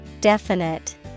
Definite